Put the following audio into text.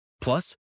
Plus